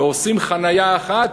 ועושים חניה אחת,